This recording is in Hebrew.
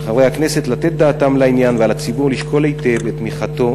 על חברי הכנסת לתת דעתם לעניין ועל הציבור לשקול היטב את תמיכתו